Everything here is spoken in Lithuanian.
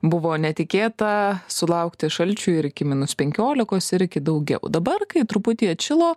buvo netikėta sulaukti šalčių ir iki minus penkiolikos ir iki daugiau dabar kai truputį atšilo